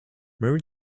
mary